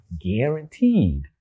guaranteed